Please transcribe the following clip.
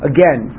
Again